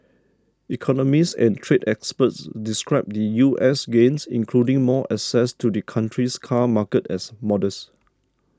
economists and trade experts described the U S's gains including more access to the country's car market as modest